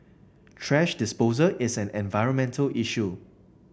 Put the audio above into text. thrash disposal is an environmental issue